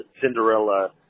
Cinderella